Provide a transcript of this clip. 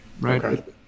Right